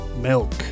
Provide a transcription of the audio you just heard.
milk